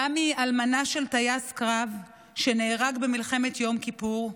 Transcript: תמי היא אלמנה של טייס קרב שנהרג במלחמת יום כיפור,